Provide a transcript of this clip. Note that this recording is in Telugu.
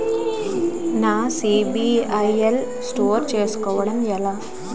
నా సిబిఐఎల్ స్కోర్ చుస్కోవడం ఎలా?